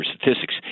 Statistics